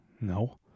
No